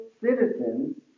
citizens